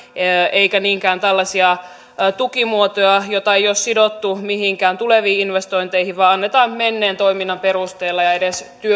eikä niinkään tällaisia tukimuotoja joita ei ole sidottu mihinkään tuleviin investointeihin vaan joita annetaan menneen toiminnan perusteella ja edes